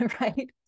right